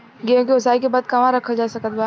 गेहूँ के ओसाई के बाद कहवा रखल जा सकत बा?